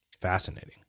fascinating